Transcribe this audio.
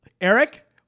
Eric